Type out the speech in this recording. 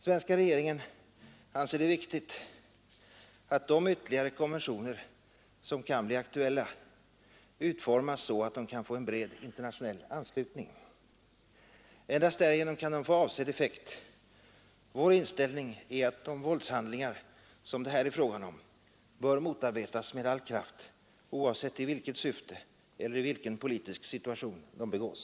Svenska regeringen anser det viktigt att de ytterligare konventioner som kan bli aktuella utformas så att de kan få en bred internationell anslutning. Endast därigenom kan de få avsedd effekt. Vår inställning är att de våldshandlingar som det här är fråga om bör motarbetas med all kraft oavsett i vilket syfte eller i vilken politisk situation de begås.